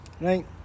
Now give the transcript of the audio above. right